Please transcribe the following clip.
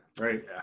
right